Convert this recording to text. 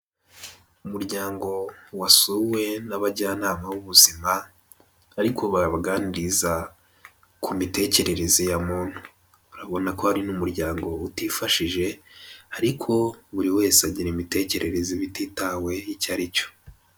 Umuryango wasuwe n'abajyanama b'ubuzima, ariko babaganiriza ku mitekerereze ya muntu, urabona ko ari n'umuryango utifashije ariko buri wese agira imitekerereze bititawe icyo ari cyo.